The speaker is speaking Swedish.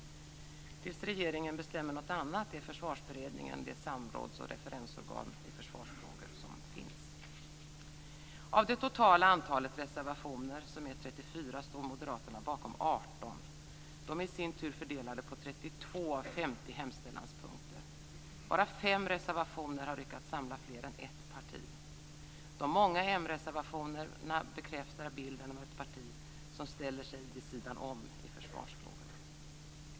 Tills regeringen bestämmer något annat är Försvarsberedningen det samråds och referensorgan i försvarsfrågor som finns. Av det totala antalet reservationer, som är 34, står moderaterna bakom 18. De är i sin tur fördelade på 32 av 50 hemställanspunkter. Bara fem reservationer har lyckats samla fler än ett parti. De många mreservationerna bekräftar bilden av ett parti som ställer sig vid sidan av i försvarsfrågorna.